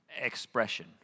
expression